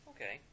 Okay